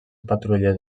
patrulles